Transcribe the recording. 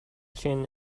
qin